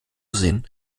sehen